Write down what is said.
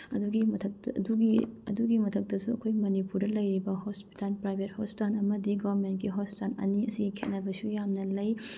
ꯑꯗꯨꯒꯤ ꯑꯗꯨꯒꯤ ꯑꯗꯨꯒꯤ ꯃꯊꯛꯇꯁꯨ ꯑꯩꯈꯣꯏ ꯃꯅꯤꯄꯨꯔꯗ ꯂꯩꯔꯤꯕ ꯍꯣꯁꯄꯤꯇꯥꯟ ꯄ꯭ꯔꯥꯏꯕꯦꯠ ꯍꯣꯁꯄꯤꯇꯥꯟ ꯑꯃꯗꯤ ꯒꯣꯔꯃꯦꯟꯒꯤ ꯍꯣꯁꯄꯤꯇꯥꯟ ꯑꯅꯤ ꯑꯁꯤ ꯈꯦꯠꯅꯕꯁꯨ ꯌꯥꯝꯅ ꯂꯩ